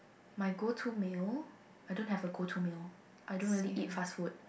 my go to meal I don't a go to meal I don't really eat fast food